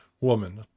woman